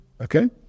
okay